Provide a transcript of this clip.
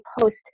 post